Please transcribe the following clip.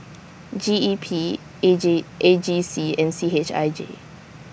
G E P A J G C and C H I J